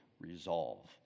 resolve